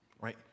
right